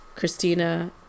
Christina